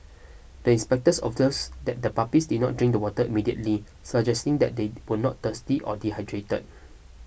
the inspectors observed that the puppies did not drink the water immediately suggesting that they were not thirsty or dehydrated